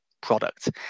product